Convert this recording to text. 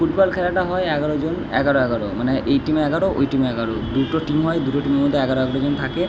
football খেলাটা হয় এগারোজন এগারো এগারো মানে এই টিমে এগারো ওই টিমে এগারো দুটো টিম হয় দুটো টিমের মধ্যে এগারো এগারোজন থাকে